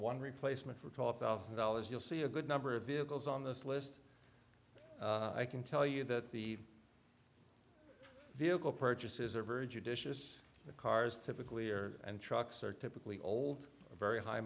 one replacement for talk thousand dollars you'll see a good number of vehicles on this list i can tell you that the vehicle purchases are verge of vicious the cars typically are and trucks are typically old very high